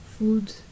food